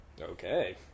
Okay